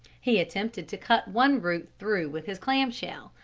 he attempted to cut one root through with his clam-shell,